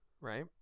right